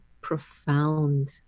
profound